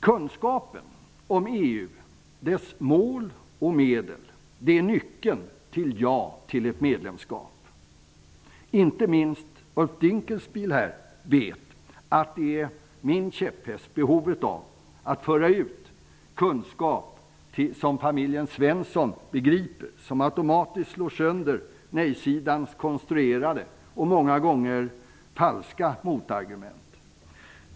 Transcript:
Kunskapen om EU:s mål och medel är nyckeln till ett ja till medlemskap. Ulf Dinkelspiel vet att det är min käpphäst, nämligen att föra ut kunskap som familjen Svensson begriper, som automatiskt slår sönder nej-sidans konstruerade och många gånger falska motargument.